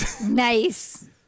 Nice